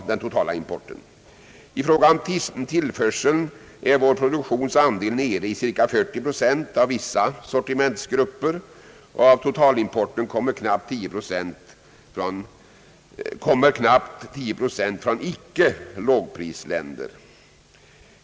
I fråga om tillförseln är vår produktions andel nere i cirka 40 procent av vissa sortimentsgrupper, och av totalimporten kommer knappt 10 procent från icke lågprisländer.